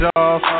off